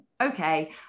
Okay